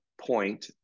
point